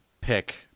pick